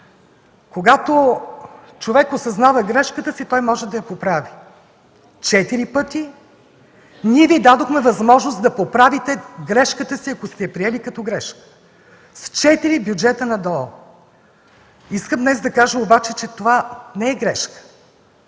Когато човек осъзнава грешката си, той може да я поправи. Четири пъти ние Ви дадохме възможност да поправите грешката си, ако сте я приели като грешка – в четири бюджета на държавното обществено осигуряване.